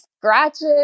Scratches